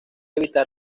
evitar